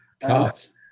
cards